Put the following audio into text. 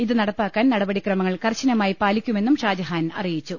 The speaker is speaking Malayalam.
ഇത് നടപ്പാക്കാൻ നടപടിക്രമങ്ങൾ കർശനമായി പാലിക്കുമെന്നും ഷാജഹാൻ അറിയിച്ചു